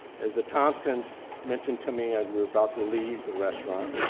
as the thompsons mentioned to me, as we were about to leave the restaurant,